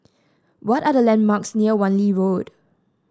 what are the landmarks near Wan Lee Road